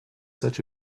such